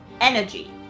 energy